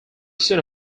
soon